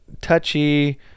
touchy